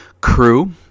crew